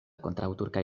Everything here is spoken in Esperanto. kontraŭturkaj